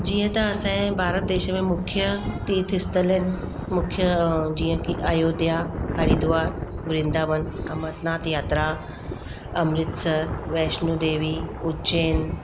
जीअं त असाजे भारत देश में मुख्यु तीर्थ स्थल आहिनि मुख्यु जीअं की आयोध्या हरिद्वार वृंदावन अमरनाथ यात्रा अमृतसर वैष्नो देवी उज्जैन